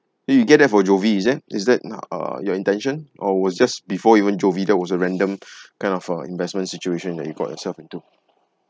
eh you get that for jovie is that is that nah uh your intention or was just before even jovie that was a random kind of uh investment situation that you got yourself into